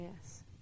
Yes